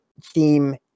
theme